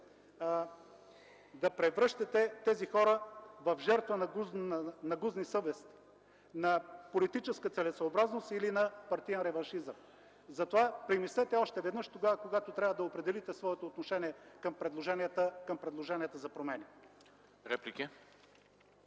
да превръщате тези хора в жертва на гузни съвести, на политическа целесъобразност или партиен реваншизъм. Затова премислете още веднъж, когато трябва да определите своето отношение към предложенията за промени.